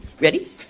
Ready